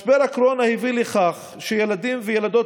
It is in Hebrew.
משבר הקורונה הביא לכך שילדים וילדות